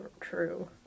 true